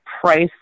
price